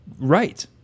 right